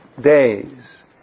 days